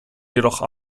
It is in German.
jedoch